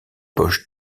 poches